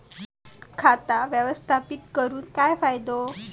खाता व्यवस्थापित करून काय फायदो?